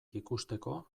ikusteko